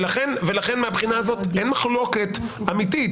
ולכן מהבחינה הזאת אין מחלוקת אמיתית.